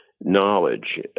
knowledge